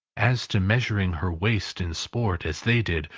as to measuring her waist in sport, as they did,